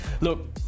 Look